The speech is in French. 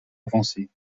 avancés